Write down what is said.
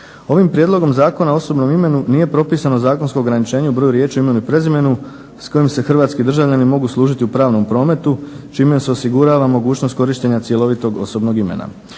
ovim Prijedlogom zakona o osobnom imenu nije propisano zakonsko ograničenje o broju riječi u imenu i prezimenu s kojim se hrvatski državljani mogu služiti u pravnom prometu čime im se osigurava mogućnost korištenja cjelovitog osobnog imena.